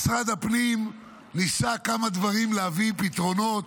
משרד הפנים ניסה כמה דברים, להביא פתרונות,